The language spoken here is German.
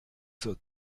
zur